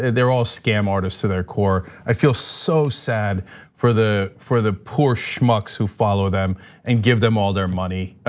they're all scam artists to their core. i feel so sad for the for the poor schmucks who follow them and give them all their money.